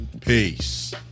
Peace